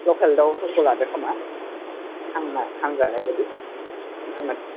लकेल दाउफोरखौ लादो खोमा हांना हांजानाय बादि हांनो